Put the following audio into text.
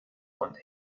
und